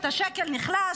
השקל נחלש,